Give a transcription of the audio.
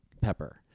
pepper